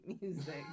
music